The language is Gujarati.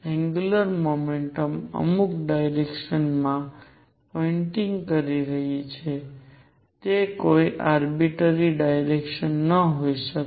જેથી એંગ્યુંલર મોમેન્ટમ અમુક ડાયરેક્શન માં પોઈંટિંગ કરી રહી છે તે કોઈ આર્બીટ્રારી ડાયરેક્શન ન હોઈ શકે